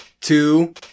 two